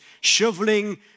shoveling